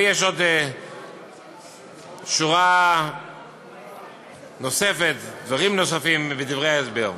ויש עוד שורה נוספת, דברים נוספים בדברי ההסבר.